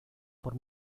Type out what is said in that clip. por